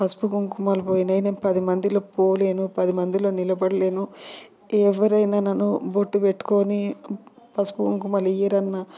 పసుపు కుంకుమలు పోయినాయి పది మందిలో పోలేను పదిమందిలో నిలబడలేను ఎవరైనా నన్ను బొట్టు పెట్టుకొని పసుపు కుంకుమలు ఇవ్వరన్న